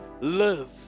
live